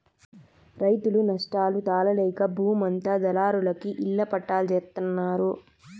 రైతులు నష్టాలు తాళలేక బూమంతా దళారులకి ఇళ్ళ పట్టాల్జేత్తన్నారు